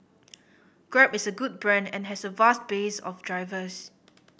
grab is a good brand and has a vast base of drivers